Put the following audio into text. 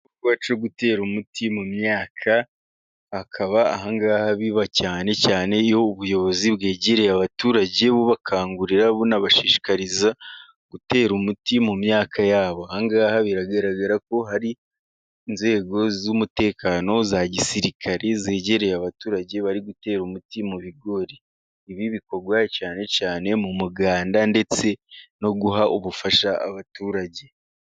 Igikorwa iwacu cyo gutera umuti mu myaka akaba, ahangaha biba cyane cyane iyo ubuyobozi bwegereye abaturage, bubakangurira, bunabashishikariza gutera umuti mu myaka yabo. Aha ngaha biragaragara ko hari, inzego z'umutekano, za gisirikari zegereye abaturage, bari gutera umuti mu bigori. Ibi bikorwa cyane cyane mu muganda ndetse no guha ubufasha abaturage.